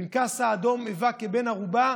הפנקס האדום היווה בן ערובה,